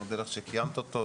אני מודה לך שאת מקיימת אותו.